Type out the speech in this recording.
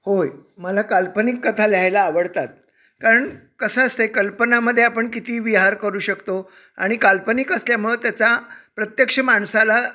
होय मला काल्पनिक कथा लिहायला आवडतात कारण कसं असतंय कल्पनांमध्ये आपण किती विहार करू शकतो आणि काल्पनिक असल्यामुळं त्याचा प्रत्यक्ष माणसाला